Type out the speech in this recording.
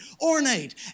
ornate